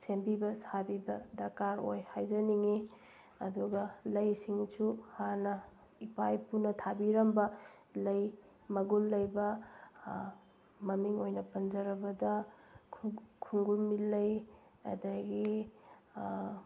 ꯁꯦꯝꯕꯤꯕ ꯁꯥꯕꯤꯕ ꯗꯔꯀꯥꯔ ꯑꯣꯏ ꯍꯥꯏꯖꯅꯤꯡꯉꯤ ꯑꯗꯨꯒ ꯂꯩꯁꯤꯡꯁꯨ ꯍꯥꯟꯅ ꯏꯄꯥ ꯏꯄꯨꯅ ꯊꯥꯕꯤꯔꯝꯕ ꯂꯩ ꯃꯒꯨꯟ ꯂꯩꯕ ꯃꯃꯤꯡ ꯑꯣꯏꯅ ꯄꯟꯖꯔꯕꯗ ꯈꯨꯡꯒꯨꯃꯦꯜꯂꯩ ꯑꯗꯒꯤ